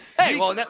Hey